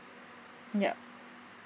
yup